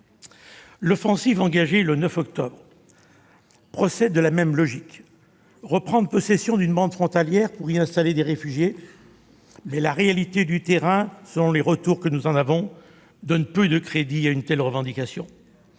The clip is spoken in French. L'offensive engagée le 9 octobre dernier procède de la même logique : reprendre possession d'une bande frontalière pour y installer des réfugiés. Mais la réalité du terrain, selon les retours que nous en avons, donne peu de crédit à une telle affirmation.